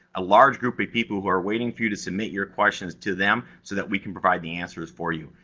a large group of people who are waiting for you to submit your questions to them, so that we can provide the answers for you.